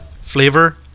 Flavor